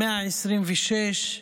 126,